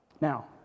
Now